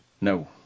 No